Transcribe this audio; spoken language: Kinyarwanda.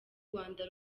rwanda